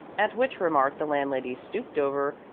at which remark the landlady stooped over,